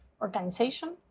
organization